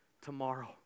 tomorrow